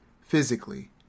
physically